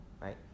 right